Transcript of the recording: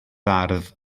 ardd